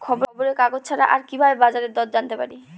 খবরের কাগজ ছাড়া আর কি ভাবে বাজার দর জানতে পারি?